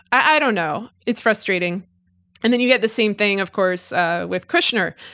i don't know, it's frustrating and then you get the same thing of course with kushner.